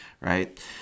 right